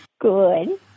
Good